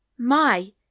My